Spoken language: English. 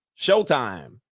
Showtime